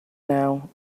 now